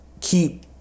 keep